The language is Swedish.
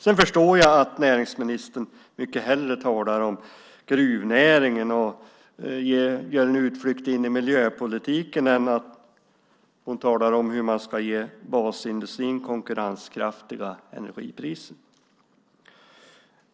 Sedan förstår jag att näringsministern mycket hellre talar om gruvnäringen och gör en utflykt in i miljöpolitiken än att tala om hur man ska ge basindustrin konkurrenskraftiga energipriser.